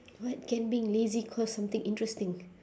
what can being lazy cause something interesting